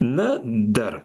na dar